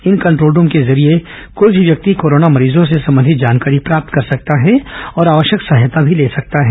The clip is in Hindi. इन कंट्रोल रूम के जरिए कोई भी व्यक्ति कोरोना मरीजों से संबंधित जानकारी प्राप्त कर सकता है और आवश्यक सहायता भी ले सकता है